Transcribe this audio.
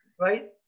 right